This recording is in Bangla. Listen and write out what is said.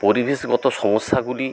পরিবেশগত সমস্যাগুলি